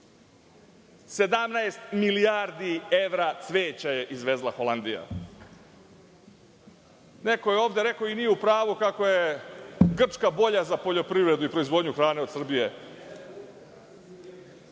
17 milijardi evra cveća je izvezla Holandija. Neko je ovde rekao, i nije u pravu, kako je Grčka bolja za poljoprivrednu proizvodnju hrane od Srbije.